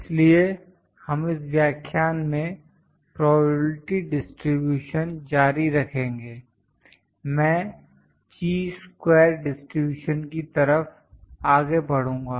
इसलिए हम इस व्याख्यान में प्रोबेबिलिटी डिस्ट्रीब्यूशन जारी रखेंगे मैं ची स्क्वेर डिस्ट्रब्यूशन की तरफ आगे बढूंगा